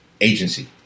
agency